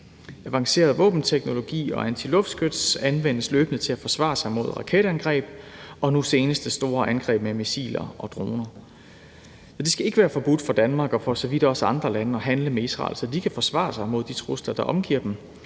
Avanceret våbenteknologi og antiluftskyts anvendes løbende til at forsvare sig mod raketangreb og nu senest det store angreb med missiler og droner. Og det skal ikke være forbudt for Danmark og for så vidt også andre lande at handle med Israel, så de kan forsvare sig mod de trusler, der omgiver dem,